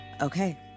Okay